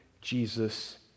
Jesus